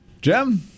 Jim